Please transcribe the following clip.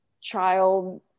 child